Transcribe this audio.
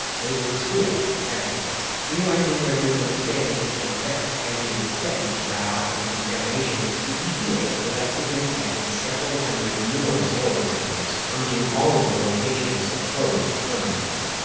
they were still hazardous. realizing their misunderstanding of the effects and the extent of dioxin contamination, the epa collected and tested several hundred more soil samples, urging all of the locations to close permanently.